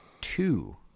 two